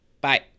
bye